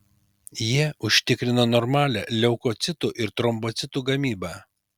jie užtikrina normalią leukocitų ir trombocitų gamybą